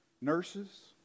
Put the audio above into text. nurses